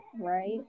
Right